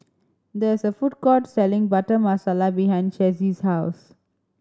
there is a food court selling Butter Masala behind Chessie's house